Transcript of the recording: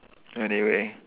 anyway